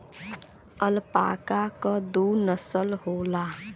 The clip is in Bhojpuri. अल्पाका क दू नसल होला